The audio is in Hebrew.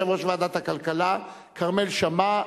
יושב-ראש ועדת הכלכלה כרמל שאמה,